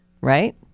Right